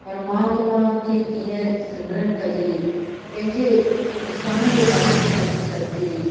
परमात्मा खे कीअं सिमरन कजे कंहिं जे इंसान जे कमु कीअं अची सधिजे